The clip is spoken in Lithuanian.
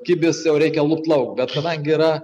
kibis jau reikia lupt lauk bet kadangi yra